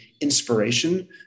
inspiration